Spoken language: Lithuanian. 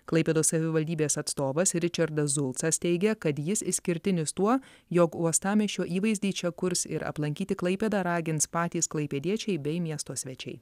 klaipėdos savivaldybės atstovas ričardas zulcas teigia kad jis išskirtinis tuo jog uostamiesčio įvaizdį čia kurs ir aplankyti klaipėdą ragins patys klaipėdiečiai bei miesto svečiai